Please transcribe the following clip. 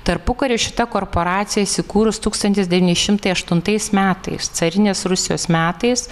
tarpukariu šita korporacija įsikūrus tūkstantis devyni šimtai aštuntais metais carinės rusijos metais